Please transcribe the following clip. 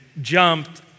jumped